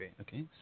Okay